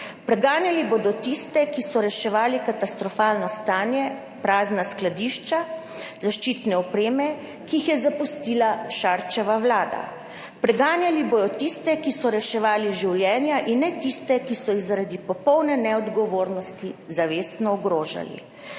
Preganjali bodo tiste, ki so reševali katastrofalno stanje, prazna skladišča zaščitne opreme, ki jih je zapustila Šarčeva vlada. Preganjali bodo tiste, ki so reševali življenja, in ne tistih, ki so jih zaradi popolne neodgovornosti zavestno ogrožali.